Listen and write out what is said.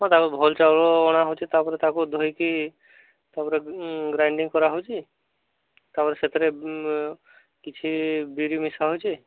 ଭଲ ଚାଉଳ ଅଣାହେଉଛି ତାପରେ ତାକୁ ଧୋଇକି ତାପରେ ଗ୍ରାଇଡ଼ିଂ କରାହେଉଛି ତାପରେ ସେଥିରେ କିଛି ବିରି ମିଶାହେଉଛି